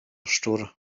szczur